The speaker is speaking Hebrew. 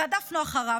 רדפנו אחריו,